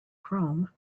chrome